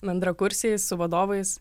bendrakursiais su vadovais